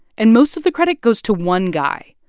and most of the credit goes to one guy,